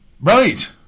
Right